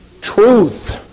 truth